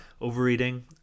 overeating